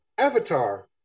avatar